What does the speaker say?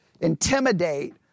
intimidate